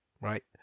right